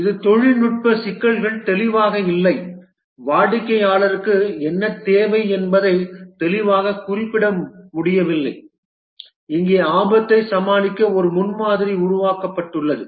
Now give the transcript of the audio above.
இது தொழில்நுட்ப சிக்கல்கள் தெளிவாக இல்லை வாடிக்கையாளருக்கு என்ன தேவை என்பதை தெளிவாகக் குறிப்பிட முடியவில்லை இங்கே ஆபத்தை சமாளிக்க ஒரு முன்மாதிரி உருவாக்கப்பட்டுள்ளது